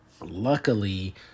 luckily